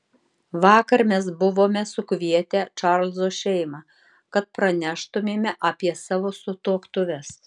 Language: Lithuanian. vakar mes buvome sukvietę čarlzo šeimą kad praneštumėme apie savo sutuoktuves